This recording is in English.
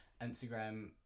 Instagram